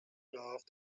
laughed